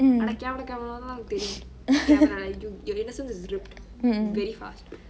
mm mm